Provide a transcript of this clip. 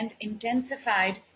intensified